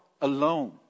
alone